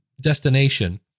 destination